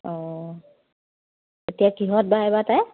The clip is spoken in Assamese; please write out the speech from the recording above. অঁ এতিয়া কিহত বা এইবাৰ তাই